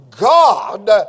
God